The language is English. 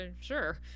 Sure